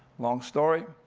long story.